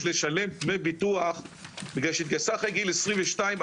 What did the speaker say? לשלם דמי ביטוח בגלל שהתגייסה אחרי גיל 22,